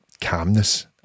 calmness